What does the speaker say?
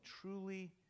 truly